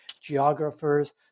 geographers